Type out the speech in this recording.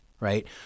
right